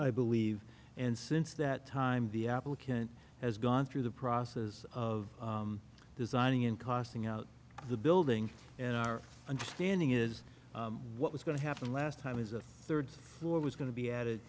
i believe and since that time the applicant has gone through the process of designing in costing out the building and our understanding is what was going to happen last time is the third floor was going to be added